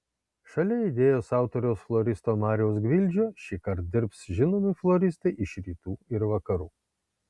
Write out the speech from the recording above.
šalia idėjos autoriaus floristo mariaus gvildžio šįkart dirbs žinomi floristai iš rytų ir vakarų